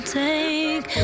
take